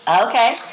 Okay